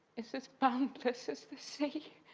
is is boundless as the sea,